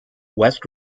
west